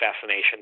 fascination